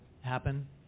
happen